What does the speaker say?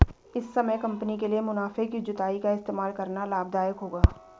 इस समय कंपनी के लिए मुनाफे की जुताई का इस्तेमाल करना लाभ दायक होगा